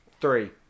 Three